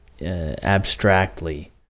abstractly